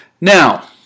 Now